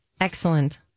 Excellent